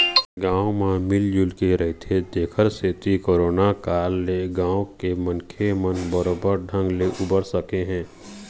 गाँव म मिल जुलके रहिथे तेखरे सेती करोना काल ले गाँव के मनखे मन बरोबर ढंग ले उबर सके हे